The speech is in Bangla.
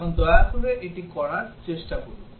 এখন দয়া করে এটি করার চেষ্টা করুন